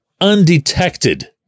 undetected